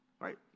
right